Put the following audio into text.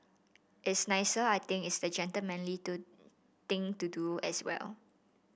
it's nicer I think it's the gentlemanly to thing to do as well